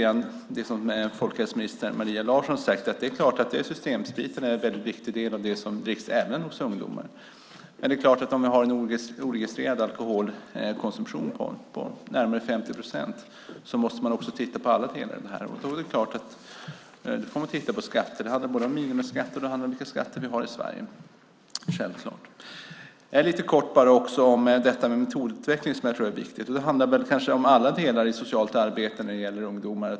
Folkhälsominister Maria Larsson har sagt att Systemspriten är en väldigt viktig del av det som dricks även bland ungdomar. Men om vi har en oregistrerad alkoholkonsumtion på närmare 50 procent måste man titta på alla delar. Då får man titta på skatterna. Det handlar både om minimiskatter och om vilka skatter vi har i Sverige. Det är självklart. Jag skulle också vilja säga något kort om metodutveckling som jag tror är viktigt. Det handlar om alla delar i socialt arbete när det gäller ungdomar.